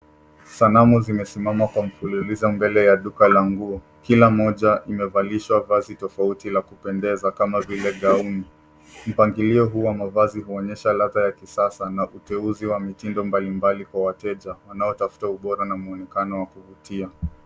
Sanamu zimesimama kwa mfululizo mbele ya duka la nguo .Kila moja imevalishwa vazi tofauti la kupendeza. Kama vile gauni. Mpangilio huu wa mavazi huonyesha ladha ya kisasa ,na uteuzi wa mitindo mbali mbali kwa wateja. Wanaotafuta ubora na muonekano wa kuvutia.